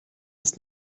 ist